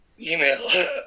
email